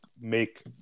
make